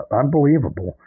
unbelievable